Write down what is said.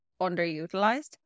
underutilized